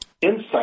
insight